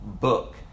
book